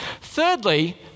Thirdly